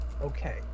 Okay